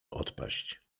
odpaść